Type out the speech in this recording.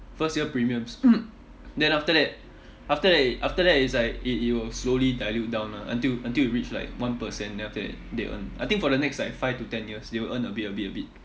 first year premiums then after that after that after that is like it it will slowly dilute down lah until until it reach like one percent then after that they will earn I think for the next like five to ten years they will earn a bit a bit a bit